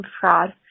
fraud